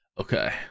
Okay